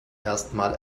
erstmal